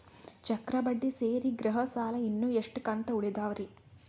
ಚಕ್ರ ಬಡ್ಡಿ ಸೇರಿ ಗೃಹ ಸಾಲ ಇನ್ನು ಎಷ್ಟ ಕಂತ ಉಳಿದಾವರಿ?